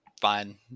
Fine